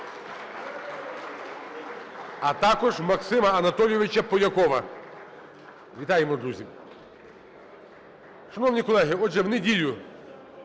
А також Максима Анатолійовича Полякова. Вітаємо, друзі. Шановні колеги, отже, в неділю